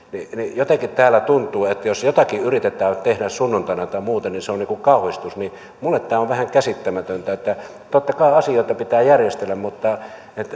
jotenkin täällä tuntuu että jos jotakin yritetään tehdä sunnuntaina tai muuten niin se on kauhistus minulle tämä on vähän käsittämätöntä totta kai asioita pitää järjestellä mutta